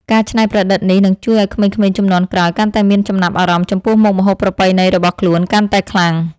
ការច្នៃប្រឌិតនេះនឹងជួយឱ្យក្មេងៗជំនាន់ក្រោយកាន់តែមានចំណាប់អារម្មណ៍ចំពោះមុខម្ហូបប្រពៃណីរបស់ខ្លួនកាន់តែខ្លាំង។